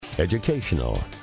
Educational